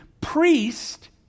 priest